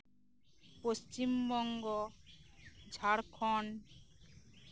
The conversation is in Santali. ᱯᱚᱥᱪᱷᱤᱢ ᱵᱚᱝᱜᱚ ᱡᱷᱟᱲᱠᱷᱚᱱᱰ